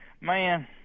man